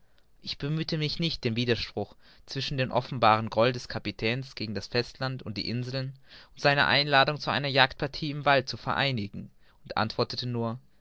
ich bemühte mich nicht den widerspruch zwischen dem offenbaren groll des kapitäns gegen das festland und die inseln und seiner einladung zu einer jagdpartie im wald zu vereinigen und antwortete nur